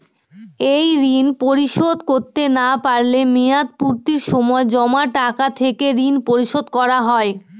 এই ঋণ পরিশোধ করতে না পারলে মেয়াদপূর্তির সময় জমা টাকা থেকে ঋণ পরিশোধ করা হয়?